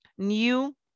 New